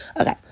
Okay